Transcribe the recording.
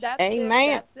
Amen